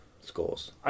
scores